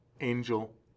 angel